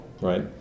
right